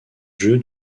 jeu